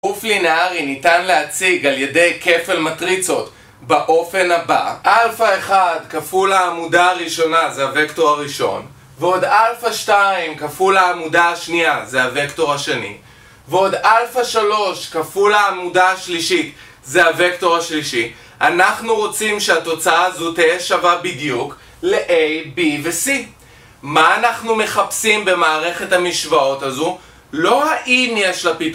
אוף לינארי ניתן להציג על ידי כפל מטריצות באופן הבא Alpha 1 כפול העמודה הראשונה זה הוקטור הראשון ועוד Alpha 2 כפול העמודה השנייה זה הוקטור השני ועוד Alpha 3 כפול העמודה השלישית זה הוקטור השלישי אנחנו רוצים שהתוצאה הזו תהיה שווה בדיוק ל-A, B ו-C מה אנחנו מחפשים במערכת המשוואות הזו? לא האם יש